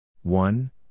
One